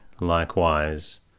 likewise